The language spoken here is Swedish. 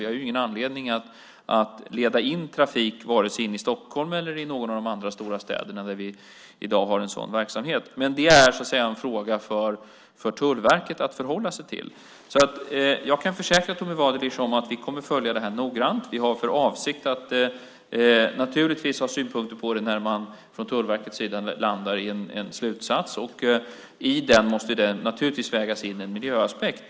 Vi har ingen anledning att leda in trafik vare sig i Stockholm eller i någon annan av de stora städerna, där vi i dag har en sådan verksamhet. Men det är en fråga för Tullverket att förhålla sig till. Jag kan försäkra Tommy Waidelich att vi kommer att följa det här noggrant. Vi har för avsikt att anlägga synpunkter när man från Tullverkets sida landar i en slutsats. I den måste det naturligtvis vägas in en miljöaspekt.